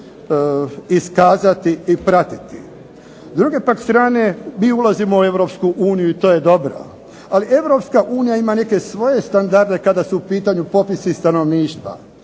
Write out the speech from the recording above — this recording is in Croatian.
iskazati i pratiti. S druge pak strane mi ulazimo u EU i to je dobro, ali EU ima neke svoje standarde kada su u pitanju popisi stanovništva.